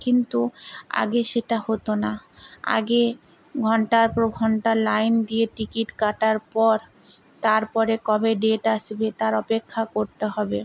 কিন্তু আগে সেটা হতো না আগে ঘন্টার পর ঘন্টা লাইন দিয়ে টিকিট কাটার পর তারপরে কবে ডেট আসবে তার অপেক্ষা করতে হবে